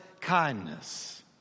kindness